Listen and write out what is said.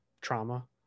trauma